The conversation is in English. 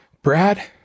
Brad